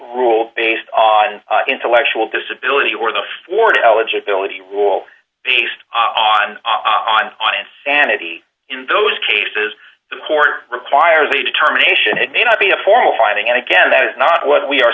rules based on intellectual disability or the florida eligibility rule based on audience sanity in those cases the court requires a determination it may not be a formal finding and again that is not what we are